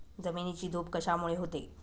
जमिनीची धूप कशामुळे होते?